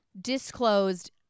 disclosed